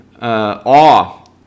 awe